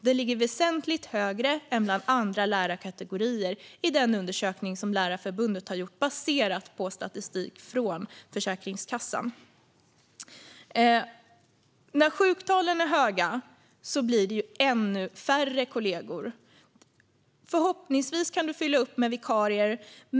De ligger väsentligt högre än bland andra lärarkategorier i den undersökning som Lärarförbundet har gjort baserat på statistik från Försäkringskassan. När sjuktalen är höga blir det ju ännu färre kollegor. Förhoppningsvis kan du fylla upp med vikarier.